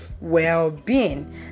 well-being